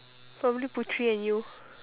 probably putri and you